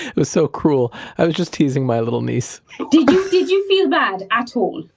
was so cruel, i was just teasing my little niece did you feel bad at all?